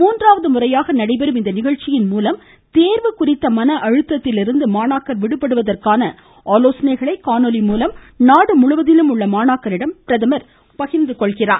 மூன்றாவது முறையாக நடைபெறும் இந்த நிகழ்ச்சியின் மூலம் தேர்வு குறித்த மன அழுத்தத்திலிருந்து மாணாக்கர் விடுபடுவதற்கான அலோசனைகளை காணொலி மூலம் நாடு முழுவதிலும் உள்ள மாணாக்கரிடம் பிரதமர் பகிர்ந்து கொள்கிறார்